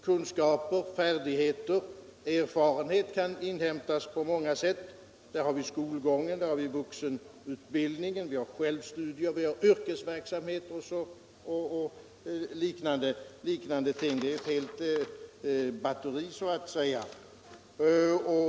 Kunskaper, färdigheter, erfarenhet kan inhämtas på många sätt — skol gång, vuxenutbildning, självstudier, yrkesverksamhet och liknande. Det är ett helt batteri, så att säga.